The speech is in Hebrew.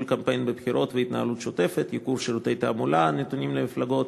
קמפיין בחירות ולהתנהלות שוטפת: ייקור שירותי תעמולה הניתנים למפלגות,